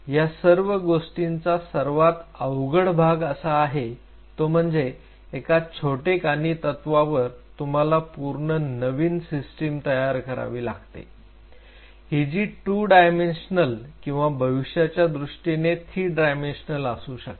या सर्व गोष्टींचा सर्वात अवघड भाग असा आहे तो म्हणजे एका छोटेखानी तत्वावर तुम्हाला पूर्ण नवीन सिस्टीम तयार करावी लागते ही जी 2 डायमेन्शनल किंवा भविष्याच्या दृष्टीने 3 डायमेन्शनल असू शकते